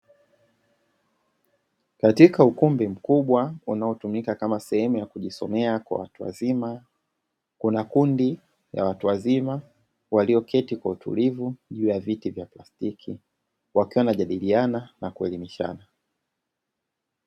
Katika ukumbi mkubwa, unaotumika kama sehemu ya kujisomea kwa watu wazima, kuna kundi la watu wazima walioketi kwa utulivu juu ya viti vya plastiki, wakiwa wanajadiliana na kuelimishana.